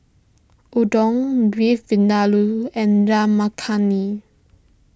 Udon Beef Vindaloo and Dal Makhani